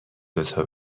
دوتا